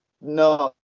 no